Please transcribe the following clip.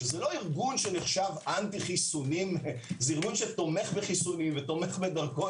שזה לא ארגון שנחשב אנטי-חיסוני זה ארגון שתומך בחיסונים ובדרכון